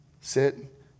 sit